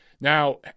Now